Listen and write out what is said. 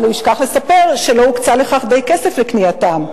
אבל הוא ישכח לספר שלא הוקצה די כסף לקנייתם.